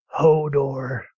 Hodor